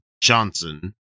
Johnson